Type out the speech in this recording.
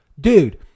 Dude